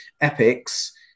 epics